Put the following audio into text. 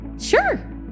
Sure